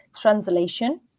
translation